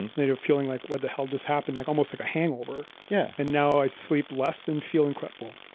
and now you're feeling like, what the hell just happened? like almost like a hangover yeah and now i sleep less and feel incredible.